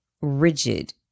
rigid